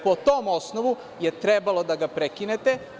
Po tom osnovu je trebalo da ga prekinete.